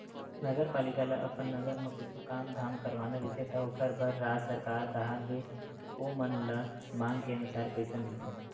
नगरपालिका ल अपन नगर म कुछु काम धाम करवाना रहिथे त ओखर बर राज सरकार डाहर ले ओमन ल मांग के अनुसार पइसा मिलथे